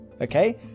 okay